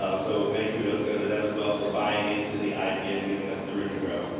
um so many kudos go to them as well for buying into the idea and giving us the room to grow.